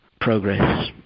progress